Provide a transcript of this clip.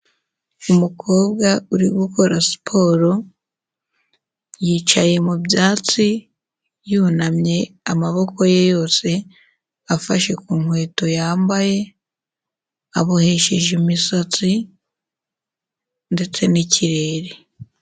Umukobwa uri gukora siporo, yicaye mu byatsi yunamye, amaboko ye yose afashe ku nkweto yambaye, abohesheje imisatsi ndetse n'ikirere.